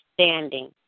standing